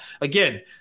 again